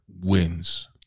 wins